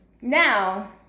Now